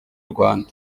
rwanda